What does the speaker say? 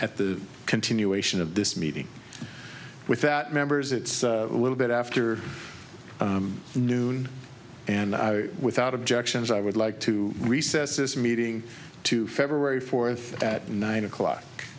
at the continuation of this meeting with that members it's a little bit after noon and i without objections i would like to recess this meeting to february fourth at nine o'clock